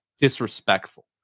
disrespectful